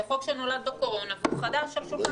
זה חוק שנולד בקורונה והוא חדש על שולחן הכנסת.